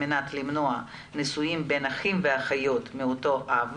כן יש הצעת חוק פרטית וכן אני אשכנע את